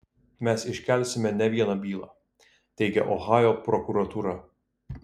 mes iškelsime ne vieną bylą teigia ohajo prokuratūra